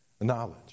knowledge